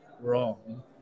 wrong